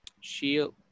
Shield